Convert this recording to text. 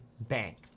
Bank